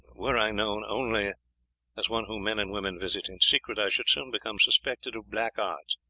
were i known only as one whom men and women visit in secret, i should soon become suspected of black arts,